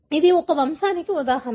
ఇది ఒక వంశానికి ఉదాహరణ